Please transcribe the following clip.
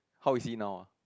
how is he now ah